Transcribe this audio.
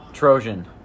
Trojan